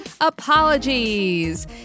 apologies